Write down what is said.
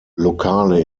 lokale